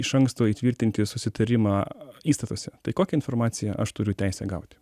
iš anksto įtvirtinti susitarimą įstatuose tai kokią informaciją aš turiu teisę gauti